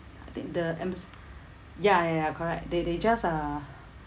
I think the embas~ ya ya ya correct they they just uh